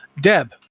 Deb